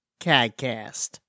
CADCAST